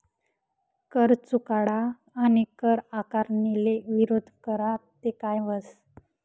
कर चुकाडा आणि कर आकारणीले विरोध करा ते काय व्हस